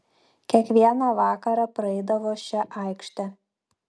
kiekvieną vakarą praeidavo šia aikšte